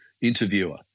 interviewer